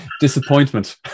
disappointment